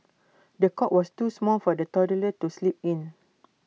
the cot was too small for the toddler to sleep in